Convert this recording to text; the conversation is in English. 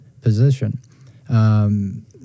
position